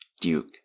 Duke